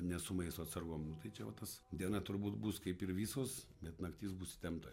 ne su maisto atsargom nu tai čia va tas diena turbūt bus kaip ir visos bet naktis bus įtempta